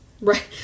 Right